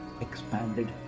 expanded